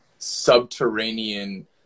subterranean